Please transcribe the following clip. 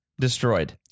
destroyed